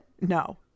No